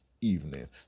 evening